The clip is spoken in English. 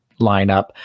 lineup